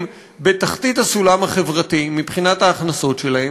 בתחתית הסולם החברתי מבחינת ההכנסות שלהם,